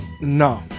No